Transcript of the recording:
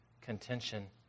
contention